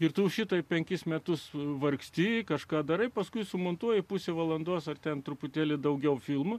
ir tu šito penkis metus vargsti kažką darai paskui sumontuoji pusę valandos ar ten truputėlį daugiau filmų